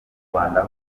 rwanda